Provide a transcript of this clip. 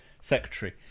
secretary